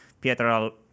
Pietro